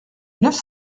neuf